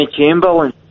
Chamberlain